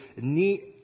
neat